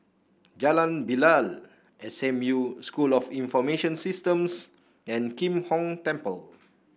Jalan Bilal S M U School of Information Systems and Kim Hong Temple